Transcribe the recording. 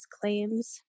claims